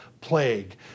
plague